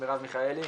מירב מיכאלי,